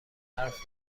حرف